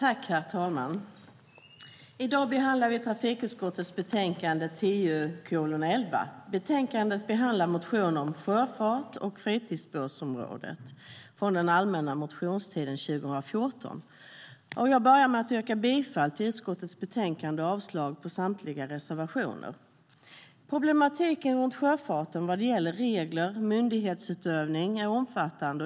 Herr talman! I dag behandlar vi trafikutskottets betänkande TU11. Betänkandet behandlar motioner om sjöfart och fritidsbåtsområdet från den allmänna motionstiden 2014. Jag börjar med att yrka bifall till utskottets förslag och avslag på samtliga reservationer. Problematiken runt sjöfarten vad gäller regler och myndighetsutövning är omfattande.